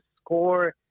score